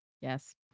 yes